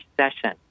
session